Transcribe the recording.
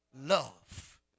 Love